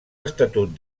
estatut